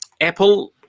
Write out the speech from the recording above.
Apple